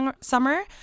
summer